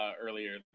Earlier